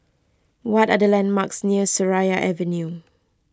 what are the landmarks near Seraya Avenue